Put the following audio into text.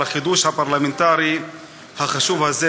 על החידוש הפרלמנטרי החשוב הזה,